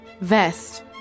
Vest